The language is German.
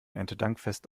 erntedankfest